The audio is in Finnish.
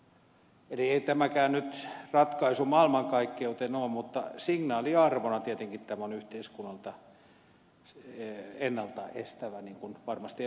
eli ei tämäkään nyt ratkaisu maailmankaikkeuteen ole mutta signaaliarvona tietenkin tämä on yhteiskunnalta ennalta estävä niin kuin varmasti ed